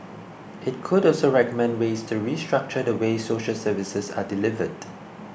it could also recommend ways to restructure the way social services are delivered